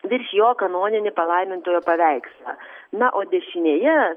virš jo kanoninį palaimintojo paveikslą na o dešinėje